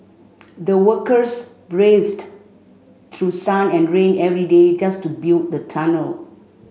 the workers braved through sun and rain every day just to build the tunnel